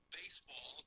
baseball